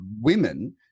women